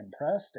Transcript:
impressed